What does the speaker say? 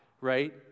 right